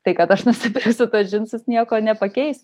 tai kad aš nusipirksiu džinsus nieko nepakeis